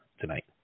tonight